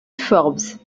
forbes